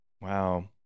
Wow